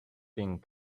pink